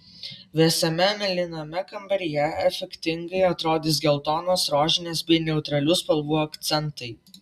vėsiame mėlyname kambaryje efektingai atrodys geltonos rožinės bei neutralių spalvų akcentai